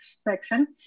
section